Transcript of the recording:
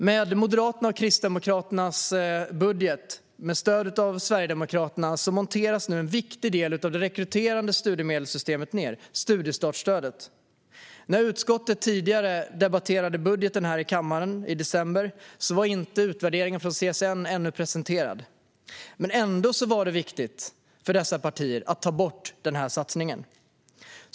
Med Moderaternas och Kristdemokraternas budget, som stöds av Sverigedemokraterna, monteras nu en viktig del av det rekryterande studiemedelssystemet, studiestartsstödet, ned. När utskottet debatterade budgeten här i kammaren i december var utvärderingen från CSN ännu inte presenterad. Ändå var det viktigt för dessa partier att ta bort satsningen.